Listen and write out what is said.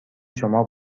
شما